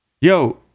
Yo